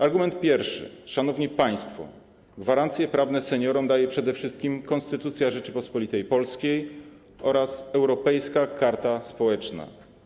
Argument pierwszy: szanowni państwo, gwarancje prawne daje seniorom przede wszystkim Konstytucja Rzeczypospolitej Polskiej oraz Europejska Karta Społeczna.